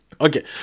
Okay